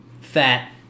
Fat